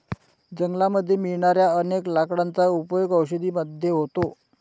जंगलामध्ये मिळणाऱ्या अनेक लाकडांचा उपयोग औषधी मध्ये होतो